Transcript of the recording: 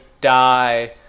die